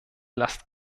last